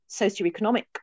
socioeconomic